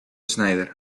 schneider